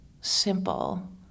simple